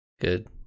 Good